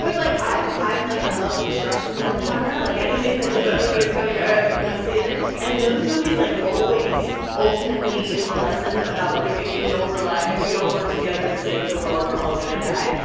but like, i'm, like i love the destruction porn genre, like anything that's like, a meteor's coming to earth, and we must save it. and those movies, like, always ultimately have a lesson about, like, if we don't rely if we don't work together to save the world, we're all going to die.